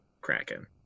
Kraken